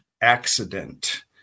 accident